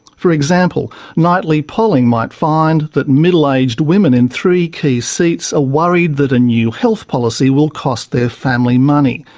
for example, nightly polling might find that middle-aged women in three key seats are worried that a new health policy will cost their family money.